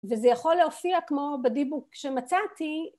וזה יכול להופיע כמו בדיבוק שמצאתי